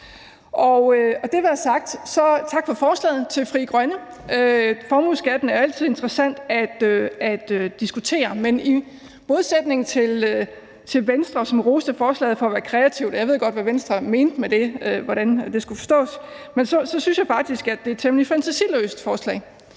Det være sagt, så tak for forslaget til Frie Grønne. Formueskatten er altid interessant at diskutere. Men i modsætning til Venstre, som roste forslaget for at være kreativt – og jeg ved godt, hvad Venstre mente med det, og hvordan det skulle forstås – synes jeg faktisk, det er et temmelig fantasiløst forslag.